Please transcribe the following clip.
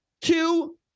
two